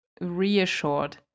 reassured